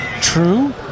true